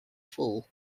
fall